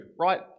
right